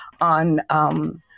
on